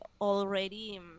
already